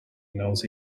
knows